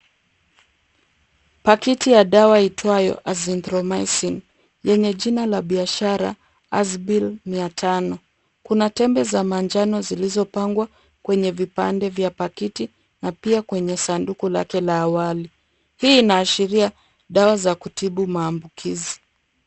Pakiti ya dawa iitwayo azithromycin yenye jina la biashara azbil mia tano. Kuna tembe za manjano zilizopangwa kwenye vipande vya pakiti na pia kwenye sanduku lake la awali. Hii inaashiria dawa za kutibu maambukizi.